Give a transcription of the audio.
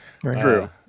true